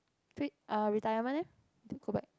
re~ err retirement eh